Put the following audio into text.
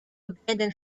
abandon